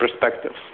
perspectives